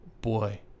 boy